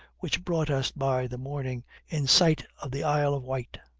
which brought us by the morning in sight of the isle of wight.